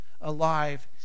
alive